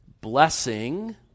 blessing